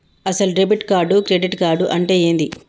అసలు debit card credit card అంటే ఏంది?